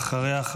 ואחריה,